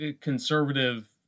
conservative